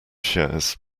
shares